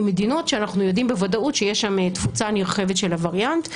עם מדינות שאנחנו יודעים בוודאות שיש שם תפוצה נרחבת של הווריאנט,